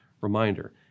reminder